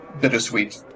bittersweet